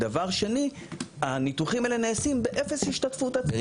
דבר שני, הניתוחים האלה נעשים באפס השתתפות עצמית.